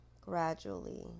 gradually